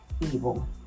evil